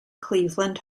cleveland